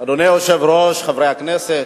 אדוני היושב-ראש, חברי הכנסת,